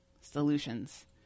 solutions